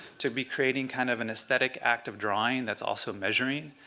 to be creating kind of an aesthetic act of drawing that's also measuring?